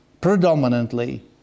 predominantly